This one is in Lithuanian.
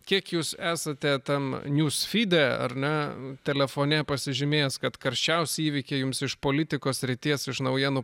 kiek jūs esate tam njūs fyde ar ne telefone pasižymėjęs kad karščiausi įvykiai jums iš politikos srities iš naujienų